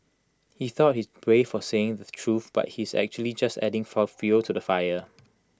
he thought he's brave for saying the truth but he's actually just adding fuel to the fire